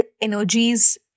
energies